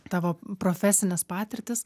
tavo profesines patirtis